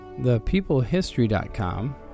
ThePeopleHistory.com